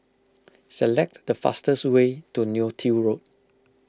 select the fastest way to Neo Tiew Road